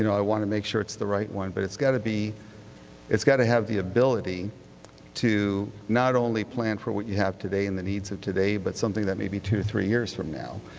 you know i want to make sure it's the right one, but it's got to be it's got to have the ability to not only plan for what you have today and the needs of today, but something that maybe two or three years from now,